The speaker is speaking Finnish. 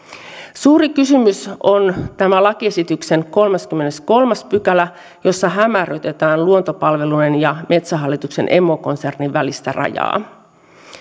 suuri kysymys on tämän lakiesityksen kolmaskymmeneskolmas pykälä jossa hämärrytetään luontopalvelujen ja metsähallituksen emokonsernin välistä rajaa